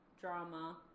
drama